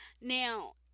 Now